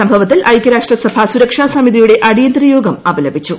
സംഭവത്തിൽ ഐക്യരാഷ്ട്രസഭ സുരക്ഷാസമിതിയുടെ അടിയന്തര യോഗം അപലപിച്ചു